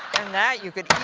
and that you could